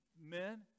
men